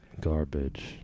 Garbage